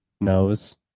knows